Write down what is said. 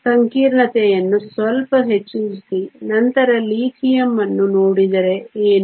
ನಾವು ಸಂಕೀರ್ಣತೆಯನ್ನು ಸ್ವಲ್ಪ ಹೆಚ್ಚಿಸಿ ನಂತರ ಲಿಥಿಯಂ ಅನ್ನು ನೋಡಿದರೆ ಏನು